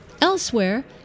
Elsewhere